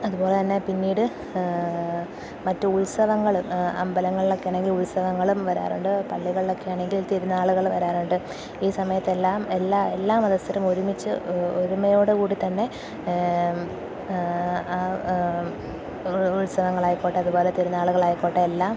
അതുപോലെ തന്നെ പിന്നീട് മറ്റ് ഉത്സവങ്ങളും അമ്പലങ്ങളിലൊക്കെ ആണെങ്കില് ഉത്സവങ്ങളും വരാറുണ്ട് പള്ളികളിലൊക്കെ ആണെങ്കിൽ തിരുന്നാളുകള് വരാറുണ്ട് ഈ സമയത്തെല്ലാം എല്ലാ എല്ലാ മതസ്ഥരും ഒരുമിച്ച് ഒരുമയോടു കൂടി തന്നെ ഉത്സവങ്ങളായിക്കോട്ടെ അതുപോലെ തിരുന്നാളുകളായിക്കോട്ടെ എല്ലാം